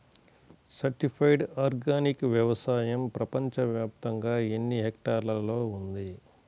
Certified organic వ్యవసాయం ప్రపంచ వ్యాప్తముగా ఎన్నిహెక్టర్లలో ఉంది?